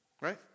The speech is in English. Right